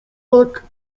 tak